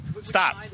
Stop